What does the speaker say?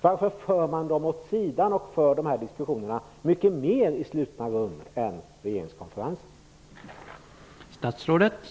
Varför för man detta åt sidan, och för diskussionerna i mycket mer slutna rum än regeringskonferensen?